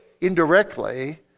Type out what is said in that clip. indirectly